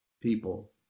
people